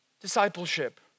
discipleship